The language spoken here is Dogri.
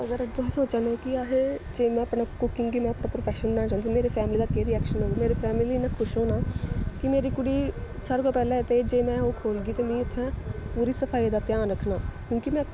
अगर तुसें सोचा न कि असें जे में अपने कुकिंग गी अपना प्रोफैशन बनाना चांह्दी मेरी फैमली दा केह् रिएक्शन हो मेरी फैमली इन्ना खुश होना कि मेरी कुड़ी सारें कोला पैह्लें ते जे में ओह् खोह्लगी ते मिगी इत्थें पूरी सफाई दा ध्यान रक्खना क्योंकि में